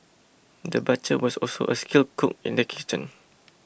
the butcher was also a skilled cook in the kitchen